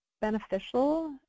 beneficial